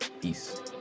Peace